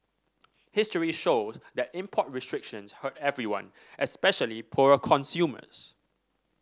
history shows that import restrictions hurt everyone especially poorer consumers